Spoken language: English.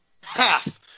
Half